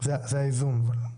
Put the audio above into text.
זה האיזון.